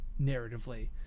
narratively